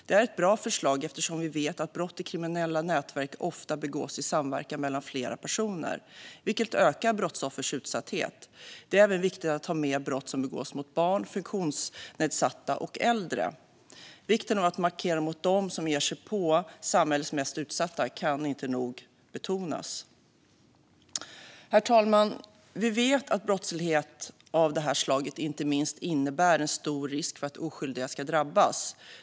Det är ett bra förslag, eftersom vi vet att brott i kriminella nätverk ofta begås i samverkan mellan flera personer, vilket ökar brottsoffers utsatthet. Det är även viktigt att ta med brott som begåtts mot barn, funktionsnedsatta och äldre. Vikten av att markera mot dem som ger sig på samhällets mest utsatta kan inte nog betonas. Herr talman! Vi vet att brottslighet av detta slag inte minst innebär en stor risk för att oskyldiga ska drabbas.